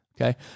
okay